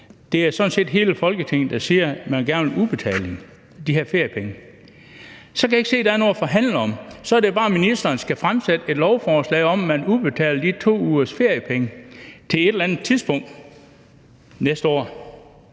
set hele Folketinget, der siger, at man gerne vil udbetale de her feriepenge. Så kan jeg ikke se, at der er noget at forhandle om. Så kan skatteministeren bare fremsætte et lovforslag om, at man udbetaler de 2 ugers feriepenge på et eller andet tidspunkt næste år.